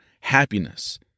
happiness